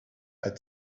had